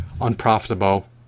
unprofitable